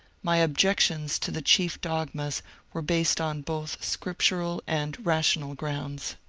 my objections to the chief dogmas were based on both scripturid and rational grounds.